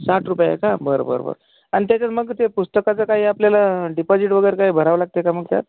साठ रुपये आहे का बरं बरं बरं आणि त्याच्यात मग ते पुस्तकाचा काही आपल्याला डिपॉझिट वगैरे काही भरावा लागते का मग त्यात